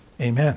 amen